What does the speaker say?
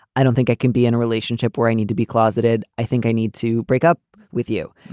i don't think i can be in a relationship where i need to be closeted. i think i need to break up with you.